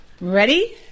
Ready